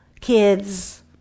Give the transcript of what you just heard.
kids